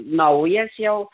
naujas jau